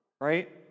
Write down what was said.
right